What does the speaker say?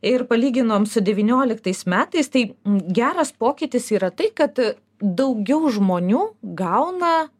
ir palyginom su devynioliktais metais tai geras pokytis yra tai kad daugiau žmonių gauna